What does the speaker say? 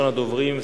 ראשון הדוברים,